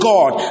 God